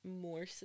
more